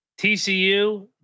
TCU